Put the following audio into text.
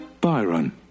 Byron